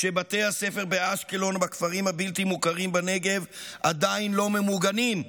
כשבתי הספר באשקלון ובכפרים הבלתי-מוכרים בנגב עדיין לא ממוגנים,